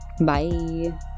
Bye